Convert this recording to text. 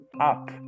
up